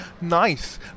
nice